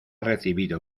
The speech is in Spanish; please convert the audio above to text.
recibido